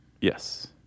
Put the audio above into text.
Yes